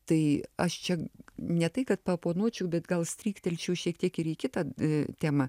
tai aš čia ne tai kad paoponuočiau bet gal stryktelčiau šiek tiek ir į kitą temą